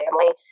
family